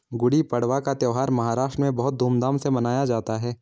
गुड़ी पड़वा का त्यौहार महाराष्ट्र में बहुत धूमधाम से मनाया जाता है